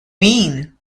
mean